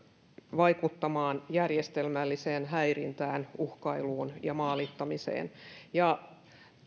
vaikuttamaan järjestelmälliseen häirintään uhkailuun ja maalittamiseen